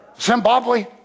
Zimbabwe